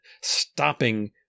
stopping